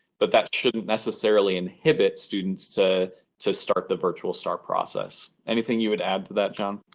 but that shouldn't necessarily inhibit students to to start the virtual star process. anything you would add to that, john?